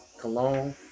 cologne